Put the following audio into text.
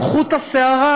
על חוט השערה,